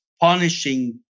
punishing